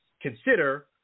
consider